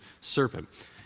serpent